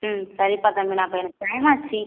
ம் சரிப்பா தம்பி நான் அப்போ எனக்கு டைம் ஆச்சு